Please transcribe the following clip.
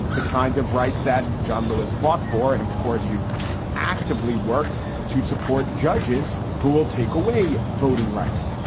the kind of rights that john lewis fought for. and of course, you actively work to support judges who will take away voting rights.